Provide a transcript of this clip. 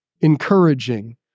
encouraging